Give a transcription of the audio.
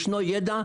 ישנו ידע,